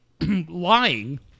lying